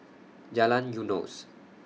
Jalan Eunos